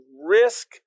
risk